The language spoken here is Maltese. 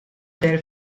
deher